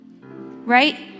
right